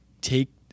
take